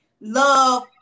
love